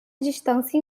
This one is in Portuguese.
distância